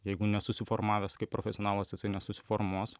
jeigu nesusiformavęs kaip profesionalas jisai nesusiformuos